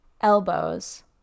elbows